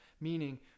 Meaning